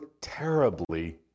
terribly